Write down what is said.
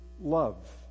love